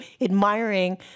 admiring